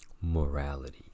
Morality